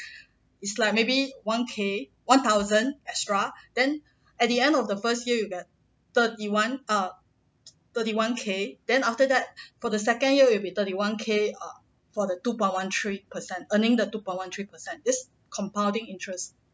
is like maybe one K one thousand extra then at the end of the first year you get thirty one err thirty one K then after that for the second year will be thirty one K err for the two point one three percent earning the two point one three percent is compounding interest